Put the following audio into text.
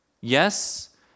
Yes